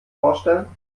vorstellen